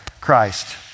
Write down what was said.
Christ